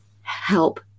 help